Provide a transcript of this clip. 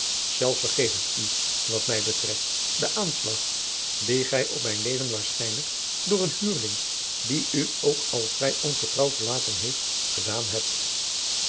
zelfs vergeef ik u wat mij betreft den aanslag dien gij op mijn leven waarschijnlijk door een huurling die u ook al vrij ongetrouw verlaten heeft gedaan hebt